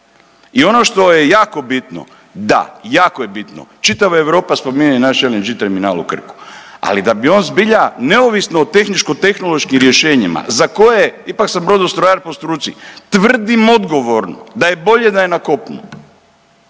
I ono što je jako bitno, čitava Europa spominje naš LNG terminal u Krku. Ali da bi on zbilja neovisno o tehničko tehnološkim rješenjima za koje je, ipak sam brodostrojar po struci, tvrdim odgovorno da je bolje da je na kopnu.